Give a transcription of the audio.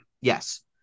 Yes